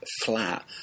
flat